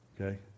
Okay